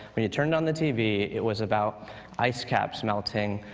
when you turned on the tv, it was about ice caps melting,